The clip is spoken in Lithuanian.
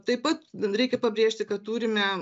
taip pat reikia pabrėžti kad turime